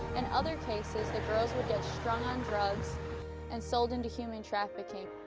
in other cases the girls would get strung on drugs and sold into human trafficking.